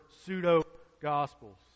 pseudo-gospels